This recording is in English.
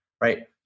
Right